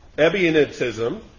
Ebionitism